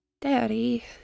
Daddy